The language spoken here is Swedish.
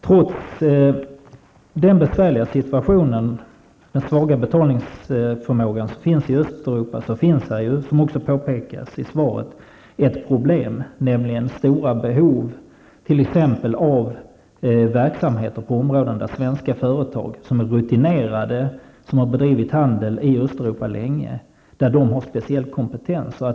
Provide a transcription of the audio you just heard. Förutom den besvärliga situationen och den svaga betalningsförmågan i Östeuropa finns det -- som också påpekas i svaret -- ett ytterligare problem, nämligen stora behov av verksamhet på områden, där de svenska företag som är rutinerade och som sedan länge har bedrivit handel i Östeuropa har en speciell kompetens.